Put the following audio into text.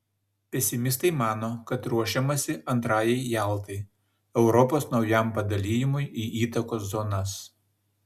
pesimistai mano kad ruošiamasi antrajai jaltai europos naujam padalijimui į įtakos zonas